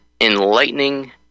enlightening